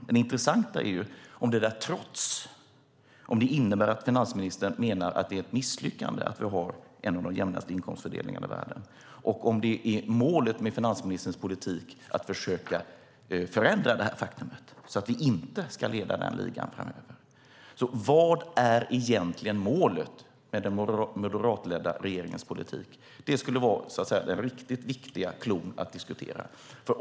Men det intressanta är om ordet trots innebär att finansministern anser att det är ett misslyckande att vi har en av de jämnaste inkomstfördelningarna i världen och om målet med finansministerns politik är att försöka förändra detta faktum så att vi inte ska leda denna liga framöver. Vad är egentligen målet med den moderatledda regeringens politik? Det skulle vara den riktigt viktiga cloun att diskutera.